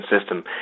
system